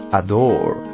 adore